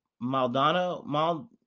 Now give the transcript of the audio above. Maldonado